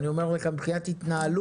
אבל אני אומר לך, מבחינת התנהלות,